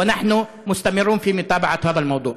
אנו נמשיך לעקוב אחרי הנושא הזה.)